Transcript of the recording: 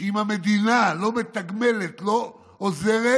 שאם המדינה לא מתגמלת, לא עוזרת,